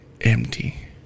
empty